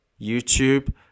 youtube